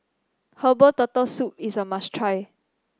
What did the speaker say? Herbal Turtle Soup is a must try